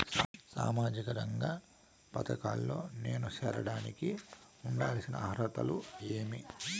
సామాజిక రంగ పథకాల్లో నేను చేరడానికి ఉండాల్సిన అర్హతలు ఏమి?